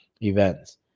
events